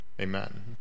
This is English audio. Amen